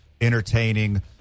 entertaining